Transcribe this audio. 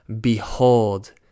Behold